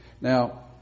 Now